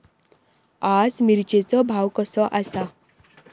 आज मिरचेचो भाव कसो आसा?